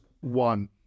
one